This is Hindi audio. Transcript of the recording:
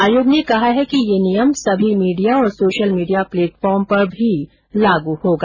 आयोग ने कहा है कि यह नियम सभी मीडिया और सोशल मीडिया प्लेटफार्म पर भी लागू होगा